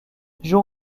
joe